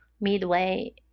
midway